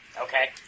okay